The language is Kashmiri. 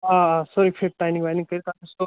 آ آ سٲرِی فِٹ ٹایلِنٛگ وَیلِنٛگ کٔرِتھ اتھ